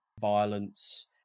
violence